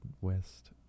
west